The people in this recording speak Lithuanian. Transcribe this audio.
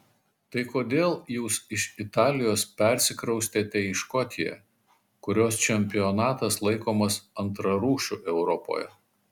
tai kodėl jūs iš italijos persikraustėte į škotiją kurios čempionatas laikomas antrarūšiu europoje